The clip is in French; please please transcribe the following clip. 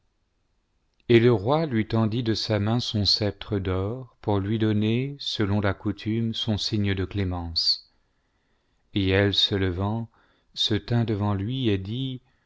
et le rci lui tendit de sa main son sceptre d'or pour lui donner selon la coutume son signe de clémence et elle se levant se tint devant lui et dit